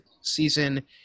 season